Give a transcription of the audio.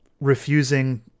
refusing